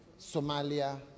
Somalia